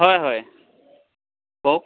হয় হয় কওক